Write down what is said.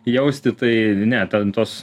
jausti tai ne ten tos